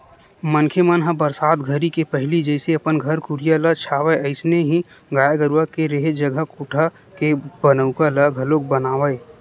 मनखे मन ह बरसात घरी के पहिली जइसे अपन घर कुरिया ल छावय अइसने ही गाय गरूवा के रेहे जघा कोठा के बनउका ल घलोक बनावय